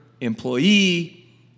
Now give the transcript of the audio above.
employee